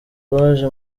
baje